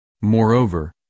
Moreover